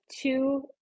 two